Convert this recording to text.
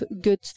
good